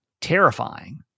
terrifying